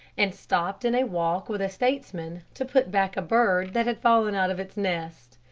and stopped in a walk with a statesman to put back a bird that had fallen out of its nest.